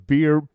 Beer